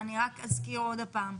אני אזכיר עוד פעם,